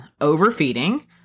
Overfeeding